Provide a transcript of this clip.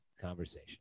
conversation